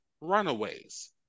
runaways